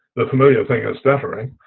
the familiar thing is stuttering.